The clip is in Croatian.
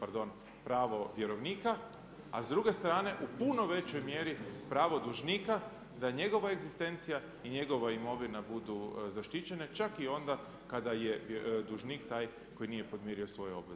pardon pravo vjerovnika, a s druge strane u puno većoj mjeri pravo dužnika da njegova egzistencija i njegova imovina budu zaštićene čak i onda kada je dužnik taj koji nije podmirio svoje obveze.